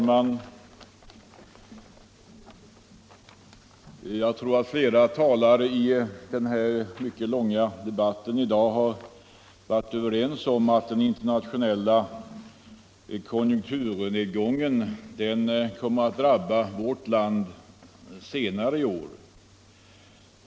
Herr talman! Flera talare har i dagens långa debatt framhållit att den internationella konjunkturnedgången kommer att drabba vårt land senare i år.